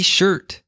Shirt